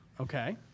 Okay